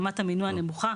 רמת המינוע נמוכה.